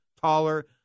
Taller